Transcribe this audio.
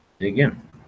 again